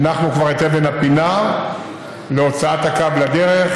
הנחנו כבר את אבן הפינה להוצאת הקו לדרך,